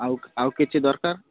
ଆଉ ଆଉ କିଛି ଦରକାର